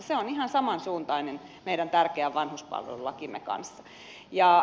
se on ihan samansuuntainen meidän tärkeän vanhuspalvelulakimme kanssa